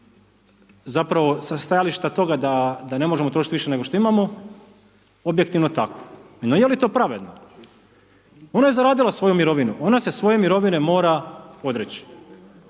zapravo sa stajališta toga da ne možemo trošit više nego što imamo, objektivno tako. No je li to pravedno? Ona je zaradila svoju mirovinu, ona se svoje mirovine mora odreći.